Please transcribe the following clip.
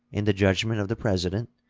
in the judgment of the president,